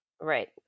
Right